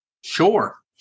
Sure